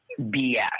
BS